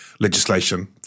Legislation